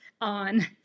on